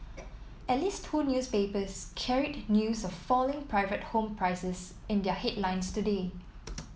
at least two newspapers carried news of falling private home prices in their headlines today